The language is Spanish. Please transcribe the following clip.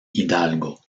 hidalgo